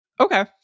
Okay